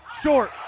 short